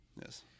Yes